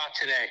today